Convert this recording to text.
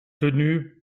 tenu